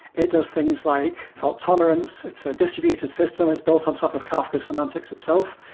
it does things like fault tolerance. it's distributed system is built on top of kafka semantics itself.